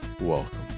welcome